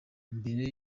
mbere